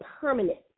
permanent